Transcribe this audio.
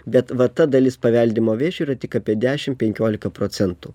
bet va ta dalis paveldimo vėžio yra tik apie dešim penkiolika procentų